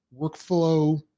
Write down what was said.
workflow